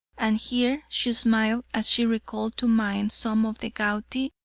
and here she smiled as she recalled to mind some of the gouty,